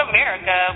America